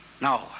No